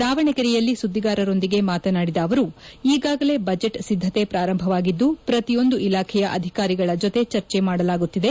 ದಾವಣಗೆರೆಯಲ್ಲಿ ಸುದ್ದಿಗಾರರೊಂದಿಗೆ ಮಾತನಾಡಿದ ಅವರು ಈಗಾಗಲೇ ಬಜೆಟ್ ಸಿದ್ಧತೆ ಪ್ರಾರಂಭವಾಗಿದ್ದು ಪ್ರತಿಯೊಂದು ಇಲಾಖೆಯ ಅಧಿಕಾರಿಗಳ ಜೊತೆ ಚರ್ಚೆ ಮಾಡಲಾಗುತ್ತಿದೆ